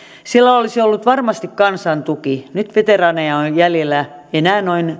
sillä olisi ollut varmasti kansan tuki nyt veteraaneja on jäljellä enää noin